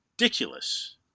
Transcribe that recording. ridiculous